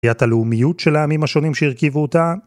‫היה את הלאומיות של העמים השונים ‫שהרכיבו אותה.